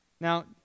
Now